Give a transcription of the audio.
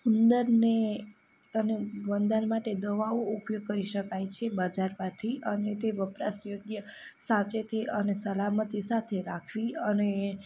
ઉંદરને અને વંદાને માટે દવાઓ ઉપયોગ કરી શકાય છે બાજારમાંથી અને તે વપરાશ યોગ્ય સાવચેતી અને સલામતી સાથે રાખવી અને